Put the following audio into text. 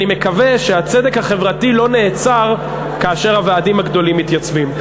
אני מקווה שהצדק החברתי לא נעצר כאשר הוועדים הגדולים מתייצבים.